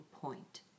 point